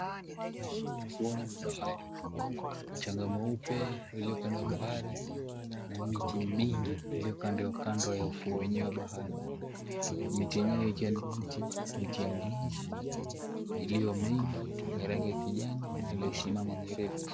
Ufuoni mwa bahari, mchanga mweupe ulio kando ya bahari na miti mingi iliyo kando ya ufuo wenyewe wa bahari. Miti yenyewe ikiwa ni miti ya minazi iliyo mingi yenye rangi ya kijani iliyosimama mirefu.